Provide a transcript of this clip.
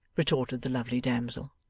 retorted the lovely damsel,